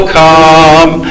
come